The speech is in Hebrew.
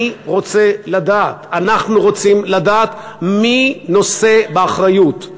אני רוצה לדעת, אנחנו רוצים לדעת מי נושא באחריות.